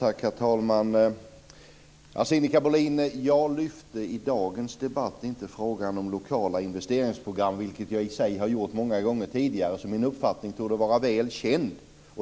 Herr talman! Sinikka Bohlin, jag lyfte i dagens debatt inte frågan om lokala investeringsprogram, vilket jag i sig har gjort många gånger tidigare. Min uppfattning torde vara väl känd.